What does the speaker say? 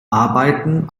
arbeiten